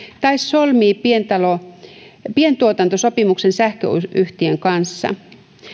tai solmii pientuotantosopimuksen sähköyhtiön kanssa